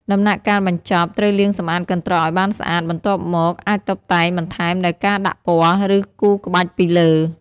ដំណាក់កាលបញ្ចប់ ត្រូវលាងសម្អាតកន្ត្រកឲ្យបានស្អាត បន្ទាប់មក អាចតុបតែងបន្ថែមដោយការដាក់ពណ៌ ឬគូរក្បាច់ពីលើ។